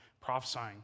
prophesying